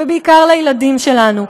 ובעיקר לילדים שלנו.